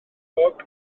crempog